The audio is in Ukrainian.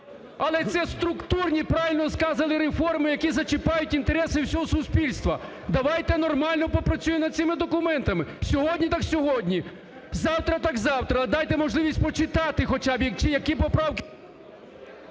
Але це структурні, правильно сказано, реформи, які зачіпають інтереси всього суспільства. Давайте нормально попрацюємо над цими документами. Сьогодні – так сьогодні, завтра – так завтра! А дайте можливість почитати хоча б, чи які поправки…